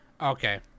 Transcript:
Okay